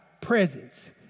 presence